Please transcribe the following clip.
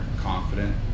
confident